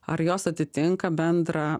ar jos atitinka bendrą